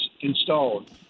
installed